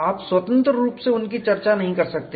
आप स्वतंत्र रूप से उनकी चर्चा नहीं कर सकते